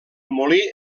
molí